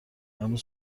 امروز